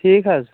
ٹھیٖک حظ